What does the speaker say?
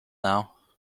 now